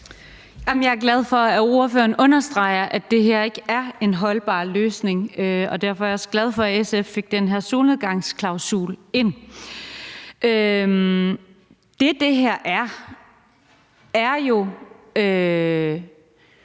Jeg er glad for, at ordføreren understreger, at det her ikke er en holdbar løsning, og derfor er jeg også glad for, at SF fik den her solnedgangsklausul ind. Det, som det her er, er jo